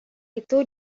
itu